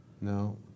no